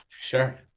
Sure